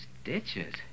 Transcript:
Stitches